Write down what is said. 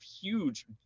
huge